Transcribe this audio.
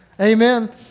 Amen